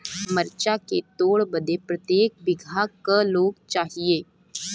मरचा के तोड़ बदे प्रत्येक बिगहा क लोग चाहिए?